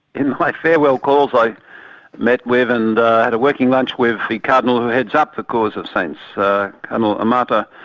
in my farewell calls i met with and had a working lunch with the cardinal who heads up the causes of saints, cardinal kind of amato,